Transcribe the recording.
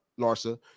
Larsa